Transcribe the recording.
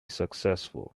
successful